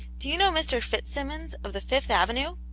do you know mr. fitzsimmons, of the fifth avenue?